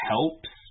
Helps